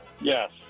Yes